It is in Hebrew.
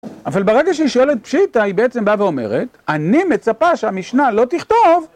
אבל ברגע שהיא פשיטה היא בעצם באה ואומרת אני מצפה שהמשנה לא תכתוב